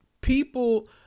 People